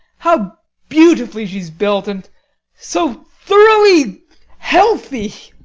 how beautifully she's built! and so thoroughly healthy!